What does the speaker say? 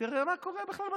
תראה מה קורה בכלל בשיח.